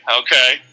okay